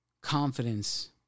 confidence